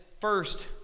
first